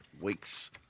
week's